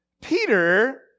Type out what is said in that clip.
Peter